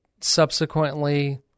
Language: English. subsequently